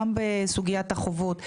גם בסוגיית החובות.